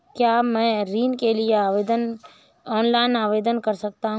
क्या मैं ऋण के लिए ऑनलाइन आवेदन कर सकता हूँ?